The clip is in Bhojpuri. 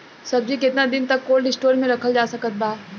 सब्जी केतना दिन तक कोल्ड स्टोर मे रखल जा सकत बा?